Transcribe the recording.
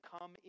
come